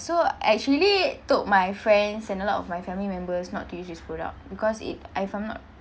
so I actually told my friends and a lot of my family members not to use this product because it uh if I'm not